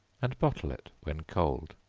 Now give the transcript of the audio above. and bottle it when cold.